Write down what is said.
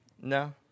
No